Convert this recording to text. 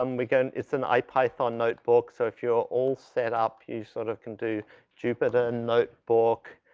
um, again it's an ipython notebook. so, if you're all set up you sort of can do jupyter notebook.